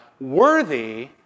worthy